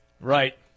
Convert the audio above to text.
Right